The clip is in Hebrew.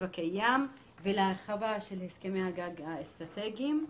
הקיים ולהרחבה של הסכמי הגג האסטרטגיים,